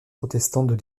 protestantes